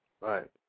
Right